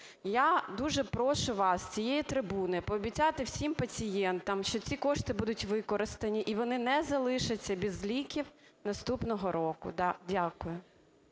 я дуже прошу вас з цієї трибуни пообіцяти всім пацієнтам, що ці кошти будуть використані і вони не залишаться без ліків наступного року. Дякую.